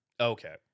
okay